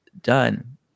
done